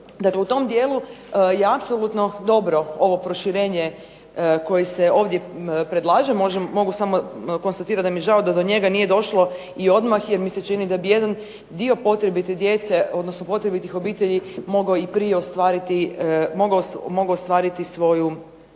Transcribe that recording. Dakle, u tom dijelu je apsolutno dobro ovo proširenje koje se ovdje predlaže. Mogu samo konstatirati da mi je žao da do njega nije došlo i odmah jer mi se čini da bi jedan dio potrebite djece, odnosno potrebitih obitelji mogao i prije ostvariti, mogao